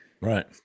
Right